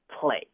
play